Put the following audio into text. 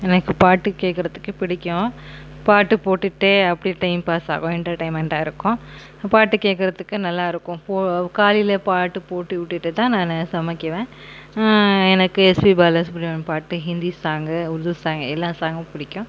எனக்கு பாட்டு கேட்குறதுக்கே பிடிக்கும் பாட்டு போட்டுட்டு அப்படியே டைம் பாஸ் ஆகும் என்டேர்டைமென்ட்டாக இருக்கும் பாட்டு கேட்குறதுக்கு நல்லாருக்கும் போ காலையில் பாட்டு போட்டு விட்டுட்டுதான் நான் சமைக்குவேன் எனக்கு எஸ்பி பாலசுப்ரமணியன் பாட்டு ஹிந்தி சாங்கு உருது சாங்கு எல்லா சாங்கும் பிடிக்கும்